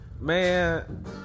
Man